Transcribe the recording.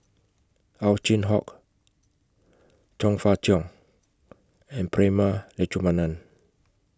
Ow Chin Hock Chong Fah Cheong and Prema Letchumanan